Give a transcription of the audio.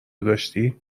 داشتی